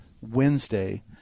Wednesday